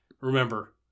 remember